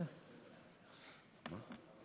כן, חברים.